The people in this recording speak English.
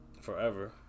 forever